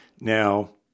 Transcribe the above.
Now